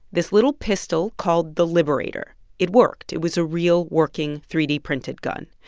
this little pistol called the liberator it worked. it was a real, working, three d printed gun.